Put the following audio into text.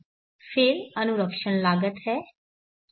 फिर अनुरक्षण लागत है